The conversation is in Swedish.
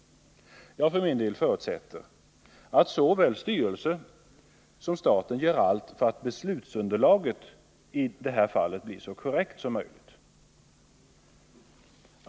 Jag för min del förutsätter att såväl styrelsen som staten gör allt för att beslutsunderlaget i det här fallet skall bli så korrekt som möjligt.